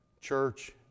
church